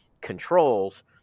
controls